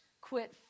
quit